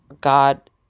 God